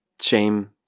Shame